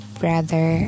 brother